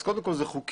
אז קודם כל זה חוקי,